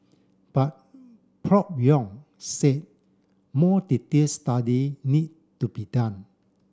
but Prof Yong said more detailed study need to be done